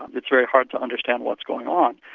um it's very hard to understand what's going on.